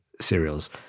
cereals